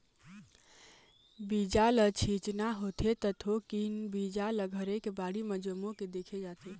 बीजा ल छिचना होथे त थोकिन बीजा ल घरे के बाड़ी म जमो के देखे जाथे